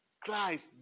Christ